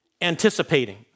anticipating